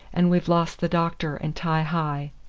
and we've lost the doctor and ti-hi.